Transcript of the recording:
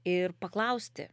ir paklausti